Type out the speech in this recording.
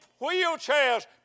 wheelchairs